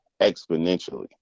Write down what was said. exponentially